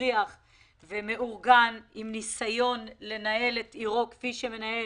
מצליח ומאורגן, עם ניסיון לנהל את עירו כפי שמנהל